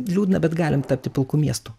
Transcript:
liūdna bet galim tapti pilku miestu